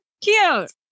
cute